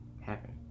happen